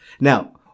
Now